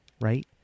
right